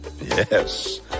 yes